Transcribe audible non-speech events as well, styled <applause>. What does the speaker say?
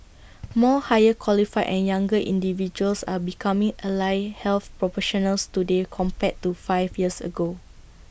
<noise> more higher qualified and younger individuals are becoming allied health proportionals today compared to five years ago